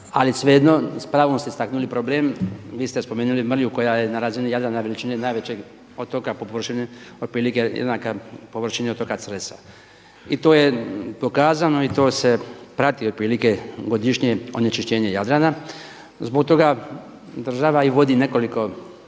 ali svejedno s pravom ste istaknuli problem, vi ste spomenuli mrlju koja je na razini Jadrana veličine najvećeg otoka po površini otprilike jednaka površini otoka Cresa. I to je pokazano i to se prati otprilike godišnje onečišćenje Jadrana. Zbog toga država i vodi nekoliko